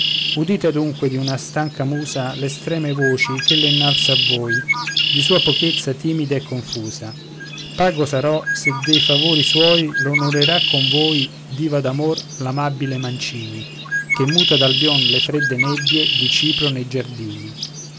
udite adunque di una stanca musa l'estreme voci ch'ella innalza a voi di sua pochezza timida e confusa pago sarò se de favori suoi l'onorerà con voi diva d'amor l'amabile mancini che muta d'albïon le fredde nebbie di cipro nei giardini